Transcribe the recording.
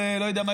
לא יודע מה,